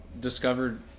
discovered